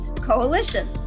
Coalition